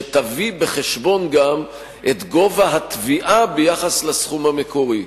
שתביא בחשבון גם את גובה התביעה ביחס לסכום המקורי.